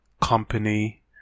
Company